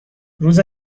روز